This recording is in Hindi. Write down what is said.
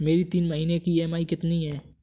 मेरी तीन महीने की ईएमआई कितनी है?